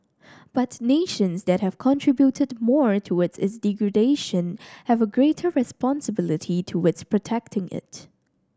but nations that have contributed more towards its degradation have a greater responsibility towards protecting it